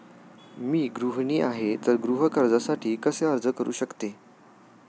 मी गृहिणी आहे तर गृह कर्जासाठी कसे अर्ज करू शकते?